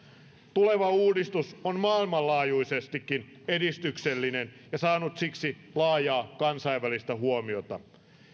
tuleva uudistus on maailmanlaajuisestikin edistyksellinen ja saanut siksi laajaa kansainvälistä huomiota